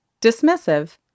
dismissive